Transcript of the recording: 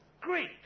Great